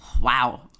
wow